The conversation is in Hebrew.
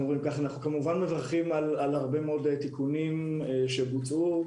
מברכים על הרבה מהתיקונים שבוצעו,